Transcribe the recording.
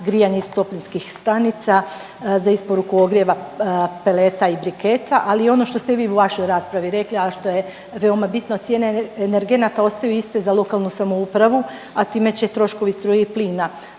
grijanje iz toplinskih stanica za isporuku ogrjeva peleta i briketa, ali ono što ste i vi u vašoj raspravi rekli, a što je veoma bitno, cijene energenata ostaju iste za lokalnu samoupravu, a time će troškovi struje i plina